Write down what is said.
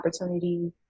opportunity